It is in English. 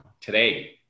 today